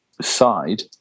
side